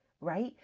Right